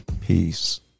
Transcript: Peace